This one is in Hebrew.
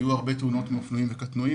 היו הרבה תאונות עם אופנועים וקטנועים,